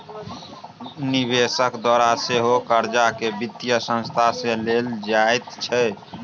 निवेशकक द्वारा सेहो कर्जाकेँ वित्तीय संस्था सँ लेल जाइत छै